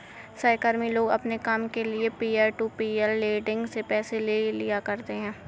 सहकर्मी लोग अपने काम के लिये पीयर टू पीयर लेंडिंग से पैसे ले लिया करते है